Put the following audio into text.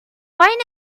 going